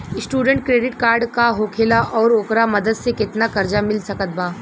Student credit card का होखेला और ओकरा मदद से केतना कर्जा मिल सकत बा?